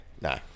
No